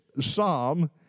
psalm